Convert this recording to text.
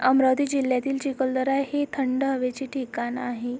अमरावती जिल्यातील चिकलदरा हे थंड हवेचे ठिकान आहे